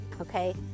okay